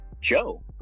Joe